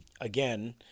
again